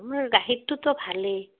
আমাৰ গাখীৰটোতো ভালেই